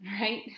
right